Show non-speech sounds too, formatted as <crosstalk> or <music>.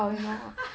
<laughs>